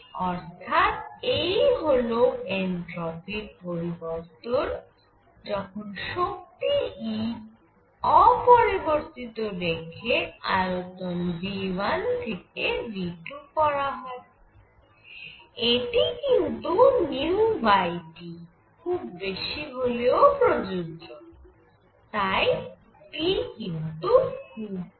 অর্থাৎ এই হল এনট্রপির পরিবর্তন যখন শক্তি E অপরিবর্তিত রেখে আয়তন V1 থেকে V2 করা হয় এটি কিন্তু T খুব বেশী হলেও প্রযোজ্য তাই T কিন্তু খুব কম